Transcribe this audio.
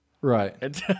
Right